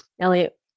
Elliot